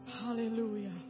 Hallelujah